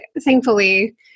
thankfully